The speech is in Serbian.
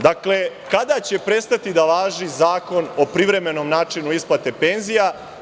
Dakle, kada će prestati da važi Zakon o privremenom načinu isplate penzija?